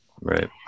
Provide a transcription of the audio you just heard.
Right